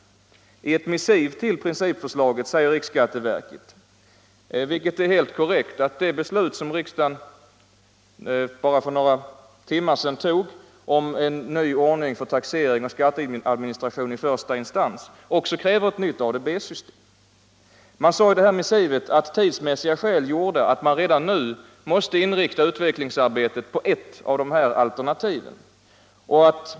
I ett missiv till principförslaget förklarade riksskatteverket att det beslut som riksdagen bara för några timmar sedan fattat beträffande en ny ordning för taxering och skatteadministration i första instans också kräver ett nytt ADB system. Man sade i detta missiv att tidsmässiga skäl gjorde att man redan nu måste inrikta utvecklingsarbetet på ett av alternativen.